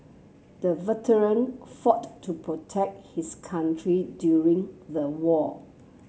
the veteran fought to protect his country during the war